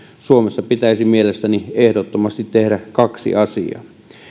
suomessa pitäisi mielestäni ehdottomasti tehdä kaksi asiaa